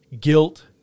Guilt